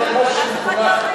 לכן מה שהיא מוכנה,